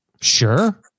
Sure